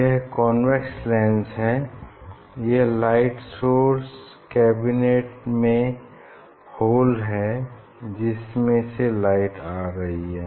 यह convex lens है यह लाइट सोर्स कैबिनेट में होल है जिसमें से लाइट आ रही है